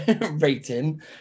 rating